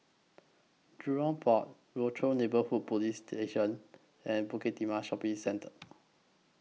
Jurong Port Rochor Neighborhood Police Station and Bukit Timah Shopping Centre